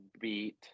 beat